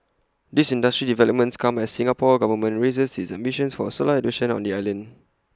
these industry developments come as the Singapore Government raises its ambitions for solar adoption on the island